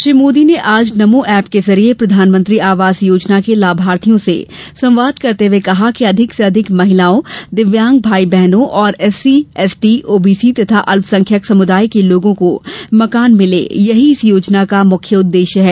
श्री मोदी जी ने आज नमो ऐप के जरिए प्रधानमंत्री आवास योजना के लाभार्थियों से संवाद करते हुये कहा कि अधिक से अधिक महिलाओं दिव्यांग भाई बहनो और एससी एसटी ओबीसी तथा अल्पसंख्यक समुदाय के लोगों को मकान मिले यही इस योजना का मुख्य उद्देश्य है